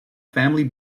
family